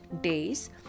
days